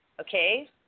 okay